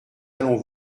allons